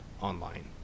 online